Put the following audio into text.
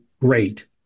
great